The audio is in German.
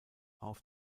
auf